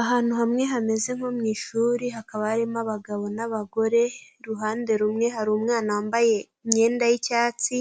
Ahantu hamwe hameze nko mu ishuri hakaba harimo abagabo n'abagore, uruhande rumwe hari umwana wambaye imyenda y'icyatsi